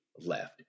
left